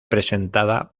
presentada